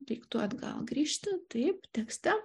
reiktų atgal grįžti taip tekste